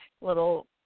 little